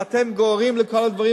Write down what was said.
ואתם נגררים לכל הדברים,